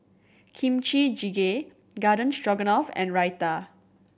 Kimchi Jjigae Garden Stroganoff and Raita